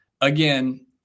again